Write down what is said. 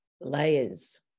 layers